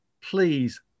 please